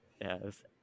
Yes